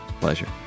Pleasure